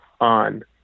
on